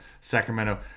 Sacramento